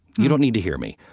you don't need to hear me.